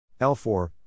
L4